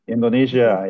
Indonesia